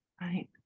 Right